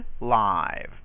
live